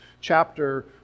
chapter